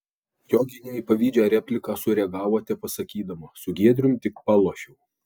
joginė į pavydžią repliką sureagavo tepasakydama su giedrium tik palošiau